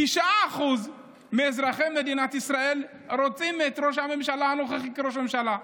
9% מאזרחי מדינת ישראל רוצים את ראש הממשלה הנוכחי כראש הממשלה.